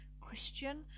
Christian